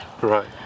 Right